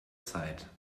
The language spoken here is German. zeit